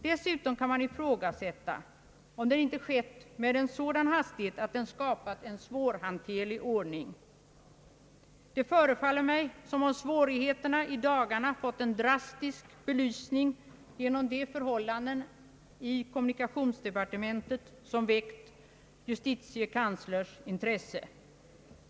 Dessutom kan man ifrågasätta, om den inte skett med en sådan hastighet att den skapat en svårhanterlig ordning. Det förefaller mig som om svårigheterna i dagarna fått en drastisk belysning genom de förhållanden i kommunikationsdepartementet som väckt justitiekanslerns intresse.